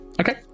okay